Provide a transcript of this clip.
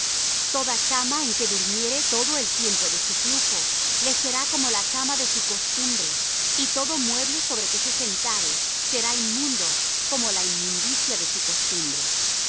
toda cama en que durmiere todo el tiempo de su flujo le será como la cama de su costumbre y todo mueble sobre que se sentare será inmundo como la inmundicia de su costumbre